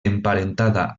emparentada